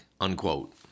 unquote